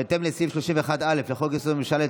בהתאם לסעיף 31(א) לחוק-יסוד: הממשלה,